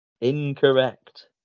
Incorrect